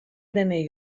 denei